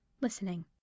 listening